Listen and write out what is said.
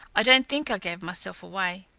i don't think i gave myself away.